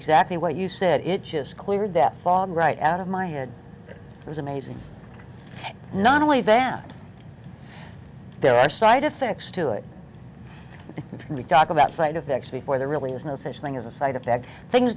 exactly what you said it just cleared that fog right out of my head it was amazing not only that there are side effects to it and you talk about side effects before there really is no such thing as a side effect things